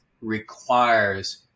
requires